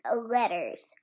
letters